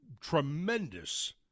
tremendous